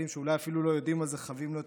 יודעים על זה חבים לו את החיים שלהם,